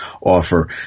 offer